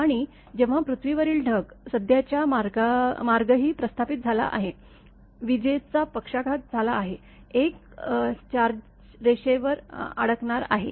आणि जेव्हा पृथ्वीवरील ढग सध्याचा मार्गही प्रस्थापित झाला आहे विजेचा पक्षाघात झाला आहे एक चार्जे रेषेवर अडकणार आहे